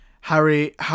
Harry